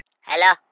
Hello